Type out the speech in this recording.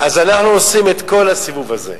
אז אנחנו עושים את כל הסיבוב הזה.